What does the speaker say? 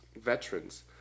Veterans